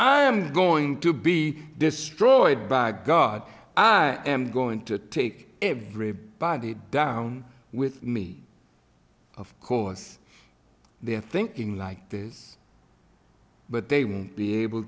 i'm going to be destroyed by god i am going to take everybody down with me of course they are thinking like this but they won't be able